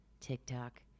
TikTok